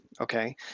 okay